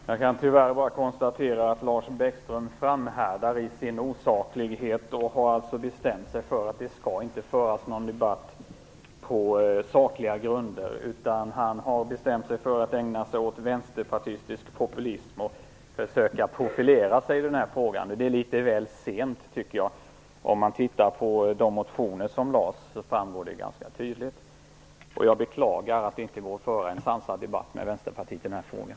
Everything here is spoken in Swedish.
Herr talman! Jag kan tyvärr bara konstatera att Lars Bäckström framhärdar i sin osaklighet och har bestämt sig för att det inte skall föras någon debatt på sakliga grunder. Han har bestämt sig för att ägna sig åt vänsterpartistisk populism och försöka profilera sig i den här frågan. Det är litet väl sent om man tittar på motionerna framgår det ganska tydligt. Jag beklagar att det inte går att föra en sansad debatt med Vänsterpartiet i den här frågan.